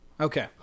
Okay